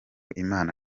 imana